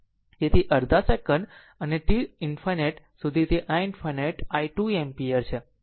તેથી અડધા સેકન્ડ અને t ∞ સુધી તે i ∞ I 2 એમ્પીયર છે